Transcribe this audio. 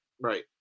right